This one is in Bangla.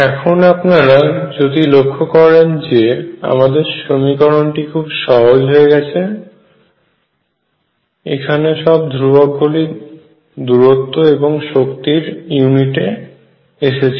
এখন আপনারা যদি লক্ষ্য করেন যে আমাদের সমীকরণটি খুব সহজ হয়ে গেছে এখানে সব ধ্রুবক গুলি দূরত্ব এবং শক্তির ইউনিটে এসেছে